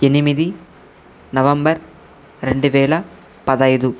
ఎనిమిది నవంబర్ రెండు వేల పదైదు